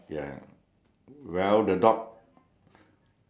O A T okay thanks then circle circle both lah